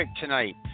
tonight